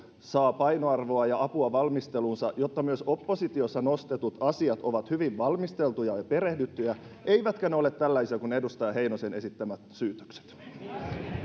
saa painoarvoa ja apua valmisteluunsa jotta myös oppositiossa nostetut asiat ovat hyvin valmisteltuja ja perehdyttyjä eivätkä ne ole tällaisia kuin edustaja heinosen esittämät syytökset